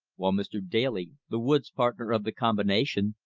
while mr. daly, the woods partner of the combination,